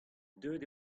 deuet